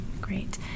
Great